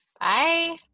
bye